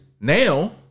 now